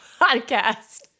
podcast